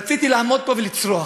רציתי לעמוד פה ולצרוח,